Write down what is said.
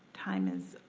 time is,